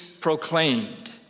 proclaimed